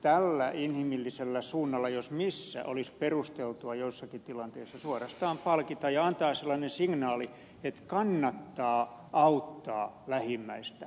tällä inhimillisellä suunnalla jos missä olisi perusteltua joissakin tilanteissa suorastaan palkita ja antaa sellainen signaali että kannattaa auttaa lähimmäistä